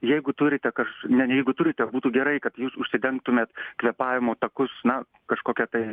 jeigu turite kaž ne jeigu turite būtų gerai kad jūs užsidengtumėt kvėpavimo takus na kažkokia tai